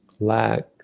lack